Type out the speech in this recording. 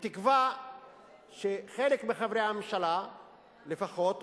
בתקווה שחלק מחברי הממשלה לפחות,